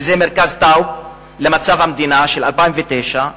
אם דוח "מצב המדינה" לשנת 2009,